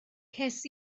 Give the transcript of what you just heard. ces